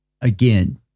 again